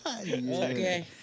Okay